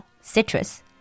citrus